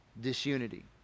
disunity